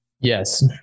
Yes